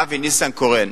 אבי ניסנקורן,